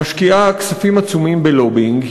היא משקיעה כספים עצומים בלובינג,